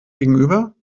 gegenüber